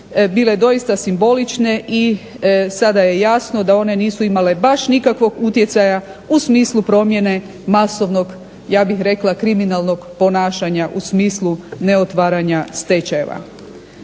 bile doista simbolične i sada je jasno da one nisu imale baš nikakvog utjecaja u smislu promjene masovnog ja bih rekla kriminalnog ponašanja u smislu ne otvaranja stečajeva.